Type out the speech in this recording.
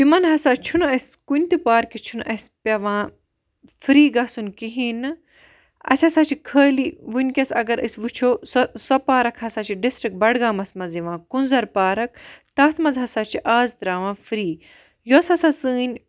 یِمَن ہَسا چھُنہٕ اَسہِ کُنہِ تہِ پارکہِ چھُنہٕ اَسہِ پیٚوان فری گَژھُن کِہِیٖنۍ اَسہِ ہَسا چھُ خٲلی وٕنکیٚس اگر أسۍ وٕچھو سۄ پارَک ہَسا چھِ ڈِسٹرک بَڈگامَس مَنٛز یِوان کُنٛزَر پارَک تتھ مَنٛز ہَسا چھ آز تراوان فری یۄس ہَسا سٲنۍ